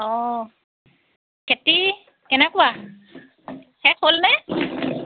অঁ খেতি কেনেকুৱা শেষ হ'লনে